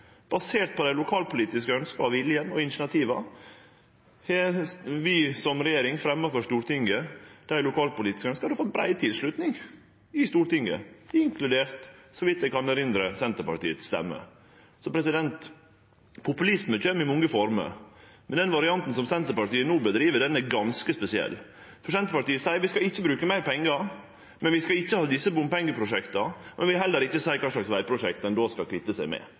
Basert på dei lokalpolitiske ønska, viljen og initiativa har vi som regjering fremja for Stortinget dei lokalpolitiske ønska. Det har fått brei tilslutning i Stortinget, inkludert, så vidt eg kan hugse, Senterpartiets stemme. Populisme kjem i mange former, men den varianten som Senterpartiet no driv med, er ganske spesiell. Senterpartiet seier at vi ikkje skal bruke meir pengar. Vi skal ikkje ha desse bompengeprosjekta, men dei vil heller ikkje seie kva slags vegprosjekt ein då skal kvitte seg med.